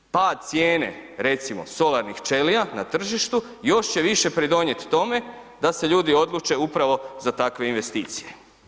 Pad cijene recimo solarnih ćelija na tržištu još će više pridonijet tome da se ljudi odluče upravo za takve investicije.